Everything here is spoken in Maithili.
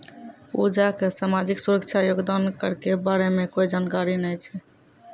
पूजा क सामाजिक सुरक्षा योगदान कर के बारे मे कोय जानकारी नय छै